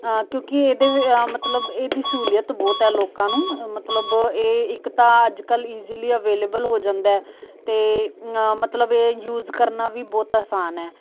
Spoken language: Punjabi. ਕਿਉਂਕਿ ਇਹ ਮਤਲਬ ਇਹਦੀ ਸਹੂਲੀਅਤ ਬਹੁਤ ਹੈ ਲੋਕਾਂ ਨੂੰ ਮਤਲਬ ਇਹ ਇੱਕ ਤਾਂ ਅੱਜ ਕੱਲ੍ਹ ਇਜ਼ੀਲੀ ਅਵੇਲੇਬਲ ਹੋ ਜਾਂਦਾ ਅਤੇ ਮਤਲਬ ਇਹ ਯੂਜ਼ ਕਰਨਾ ਵੀ ਬਹੁਤ ਅਸਾਨ ਹੈ